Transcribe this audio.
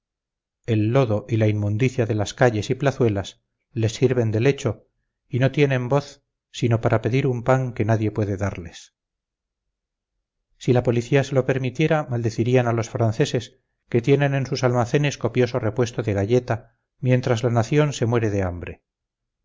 el lodo y la inmundicia de las calles y plazuelas les sirven de lecho y no tienen voz sino para pedir un pan que nadie puede darles si la policía se lo permitiera maldecirían a los franceses que tienen en sus almacenes copioso repuesto de galleta mientras la nación se muere de hambre